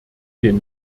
den